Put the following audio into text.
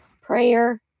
prayer